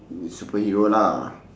mm superhero lah